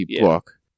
book